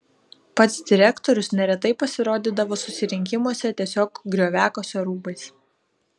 pats direktorius neretai pasirodydavo susirinkimuose tiesiog grioviakasio rūbais